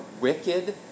wicked